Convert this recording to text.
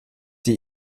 die